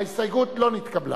ההסתייגות לא נתקבלה.